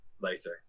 later